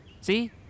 See